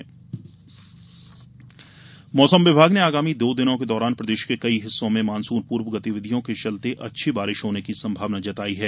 मौसम मौसम विभाग ने आगामी दो दिनों के दौरान प्रदेश के कई हिस्सों में मॉनसून पूर्व गतिविधियों के चलते अच्छी बारिश होने की संभावना जताई है